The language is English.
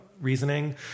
reasoning